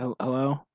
Hello